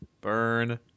Burn